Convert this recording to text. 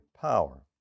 power